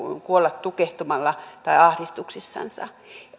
kuolla tukehtumalla tai ahdistuksissansa